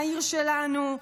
העיר שלנו,